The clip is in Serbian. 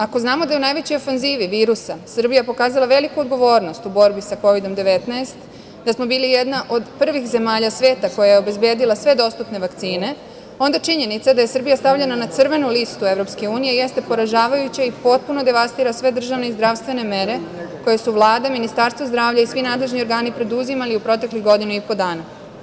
Ako znamo da je u najvećoj ofanzivi virusa Srbija pokazala veliku odgovornost u borbi sa Kovid-19, da smo bili jedna od prvih zemalja sveta koja je obezbedila sve dostupne vakcine, onda činjenica da je Srbija stavljena na crvenu listu EU jeste poražavajuća i potpuno devastira sve državne i zdravstvene mere koje su Vlada i Ministarstvo zdravlja i svi nadležni organi preduzimali u proteklih godinu i po dana.